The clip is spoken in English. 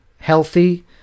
healthy